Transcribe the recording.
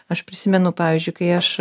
aš prisimenu pavyzdžiui kai aš